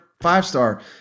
five-star